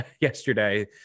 yesterday